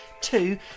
Two